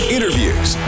Interviews